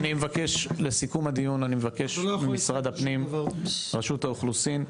לסיכום הדיון אני מבקש ממשרד הפנים ורשות האוכלוסין,